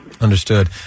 Understood